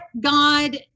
god